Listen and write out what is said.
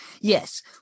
Yes